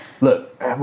Look